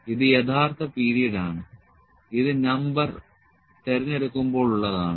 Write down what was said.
ഇത് യഥാർത്ഥ പീരീഡ് ആണ് ഇത് നമ്പർ തിരഞ്ഞെടുക്കുമ്പോൾ ഉള്ളതാണ്